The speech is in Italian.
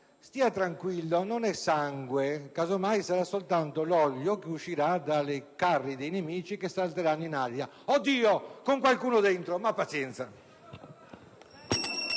Stia tranquillo, non è sangue. Casomai sarà soltanto l'olio che uscirà dai carri dei nemici che si alzeranno in aria. Oddio, con qualcuno dentro, ma pazienza!